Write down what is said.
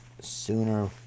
sooner